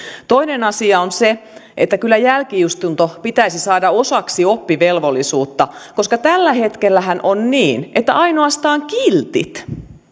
toinen asia on se että kyllä jälki istunto pitäisi saada osaksi oppivelvollisuutta koska tällä hetkellähän on niin että ainoastaan kiltit